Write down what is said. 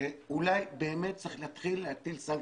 שאולי באמת צריך להתחיל להטיל סנקציות.